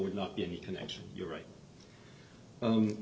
would not be any connection you're right